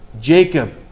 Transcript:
Jacob